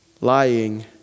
lying